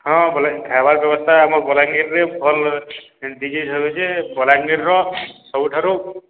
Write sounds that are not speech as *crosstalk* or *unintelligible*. ହଁ ବେଲେ ଖାଇବାର୍ ବ୍ୟବସ୍ଥା ଆମର୍ ବଲାଙ୍ଗୀର୍ରେ ଭଲ୍ *unintelligible* ହଉଚେ ବଲାଙ୍ଗୀର୍ର ସବୁଠାରୁ